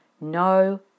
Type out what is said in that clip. no